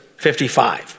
55